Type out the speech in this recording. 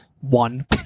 One